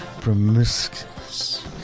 promiscuous